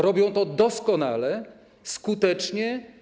Robiły to doskonale i skutecznie.